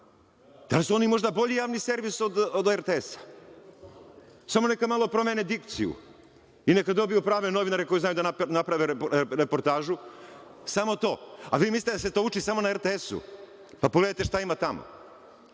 Da li su oni možda bolji javni servis od RTS-a? Samo neka malo promene dikciju i neka dobiju prave novinare koji znaju da naprave reportažu, samo to. A vi mislite da se to uči samo na RTS-u? Pa, pogledajte šta ima tamo.